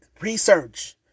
research